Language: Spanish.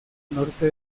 norte